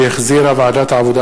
שהחזירה ועדת העבודה,